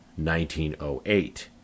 1908